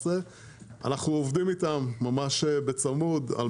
אנחנו עובדים איתם ממש צמוד.